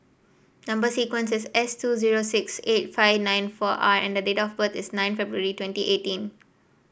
number sequence is S two zero six eight five nine four R and date of birth is nine February twenty eighteen